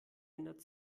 ändert